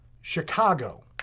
Chicago